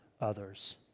others